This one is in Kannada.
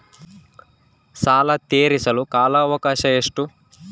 ಸಾಲ ತೇರಿಸಲು ಕಾಲ ಅವಕಾಶ ಎಷ್ಟು?